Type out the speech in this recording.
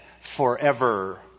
forever